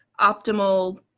optimal